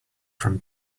from